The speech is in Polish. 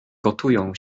gotują